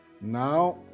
Now